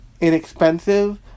inexpensive